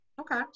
okay